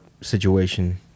situation